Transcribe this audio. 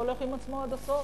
שהולך עם עצמו עד הסוף,